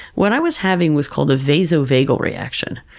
what i was having was called a vasovagal reaction,